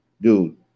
dude